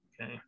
okay